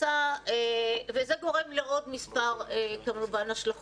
זה כמובן גורם לעוד מספר השלכות.